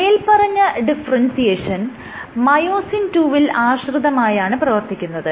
മേല്പറഞ്ഞ differentiation myosin II വിൽ ആശ്രിതമായാണ് പ്രവർത്തിക്കുന്നത്